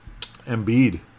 Embiid